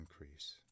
increase